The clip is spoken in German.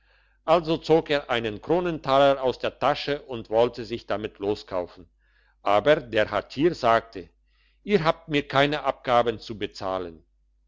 also zog er einen kronentaler aus der tasche und wollte sich damit loskaufen aber der hatschier sagte ihr habt mir keine abgaben zu bezahlen